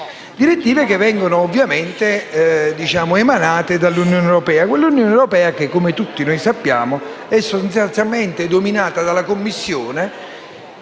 direttive vengono emanate dall'Unione europea che - come tutti noi sappiamo - è sostanzialmente dominata dalla Commissione,